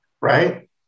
Right